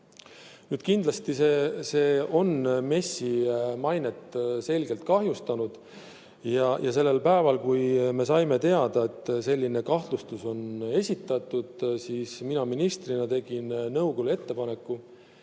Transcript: Kindlasti on see MES-i mainet selgelt kahjustanud. Sellel päeval, kui me saime teada, et selline kahtlustus on esitatud, tegin mina ministrina nõukogule ettepaneku